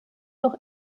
noch